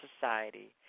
society